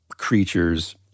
Creatures